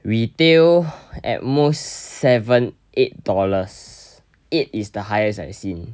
retail at most seven eight dollars eight is the highest I've seen